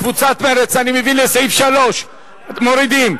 קבוצת מרצ, אני מבין, לסעיף 3, מורידים.